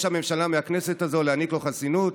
הממשלה מהכנסת הזאת להעניק לו חסינות.